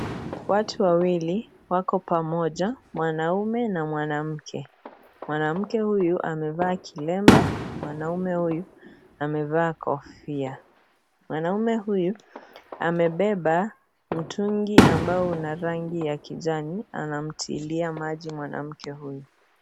Watu wawili wako pamoja mwanaume na mwanamke. Mwanamke huyu amevaa kilemba, mwanaume huyu amevaa kofia. Mwanamume huyu amebeba mtungi ambao una rangi ya kijani anamtilia maji mwanamke huyu.